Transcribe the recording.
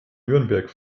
nürnberg